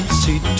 see